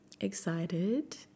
excited